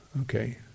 Okay